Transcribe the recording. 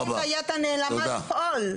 תודה.